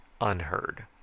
unheard